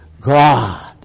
God